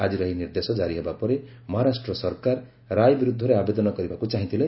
ଆଜିର ଏହି ନିର୍ଦ୍ଦେଶ କାରି ହେବା ପରେ ମହାରାଷ୍ଟ୍ର ସରକାର ରାୟ ବିରୁଦ୍ଧରେ ଆବେଦନ କରିବାକୁ ଚାହିଁଥିଲେ